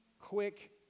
quick